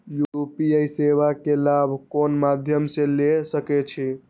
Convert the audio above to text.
UPI सेवा के लाभ कोन मध्यम से ले सके छी?